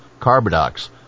Carbidox